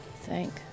Thank